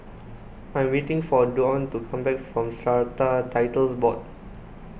I am waiting for Dawne to come back from Strata Titles Board